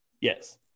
Yes